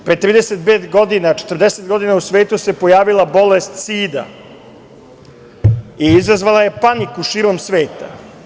Pre 35-40 godina u svetu se pojavila bolest sida i izazvala je paniku širom sveta.